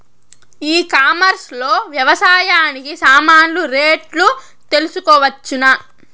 ఈ కామర్స్ లో వ్యవసాయానికి సామాన్లు రేట్లు తెలుసుకోవచ్చునా?